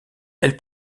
elle